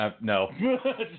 No